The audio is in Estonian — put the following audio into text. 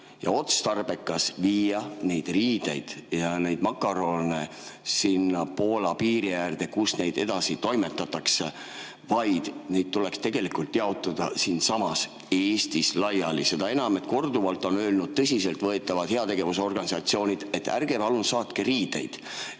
ka otstarbekas viia riideid ja makarone sinna Poola piiri äärde, kust neid edasi toimetatakse, vaid need tuleks tegelikult jaotada siinsamas Eestis laiali. Seda enam, et korduvalt on öelnud tõsiseltvõetavad heategevusorganisatsioonid, et ärge palun saatke riideid.